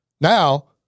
now